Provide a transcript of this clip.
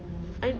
I